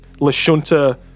Lashunta